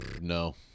No